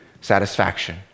satisfaction